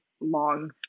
long